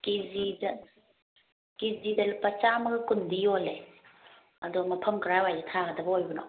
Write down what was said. ꯀꯦ ꯖꯤꯗ ꯀꯦ ꯖꯤꯗ ꯂꯨꯄꯥ ꯆꯥꯝꯃꯒ ꯀꯨꯟꯗꯤ ꯌꯣꯜꯂꯦ ꯑꯗꯣ ꯃꯐꯝ ꯀꯗꯥꯏꯋꯥꯏꯗ ꯊꯥꯒꯗꯕ ꯑꯣꯏꯕꯅꯣ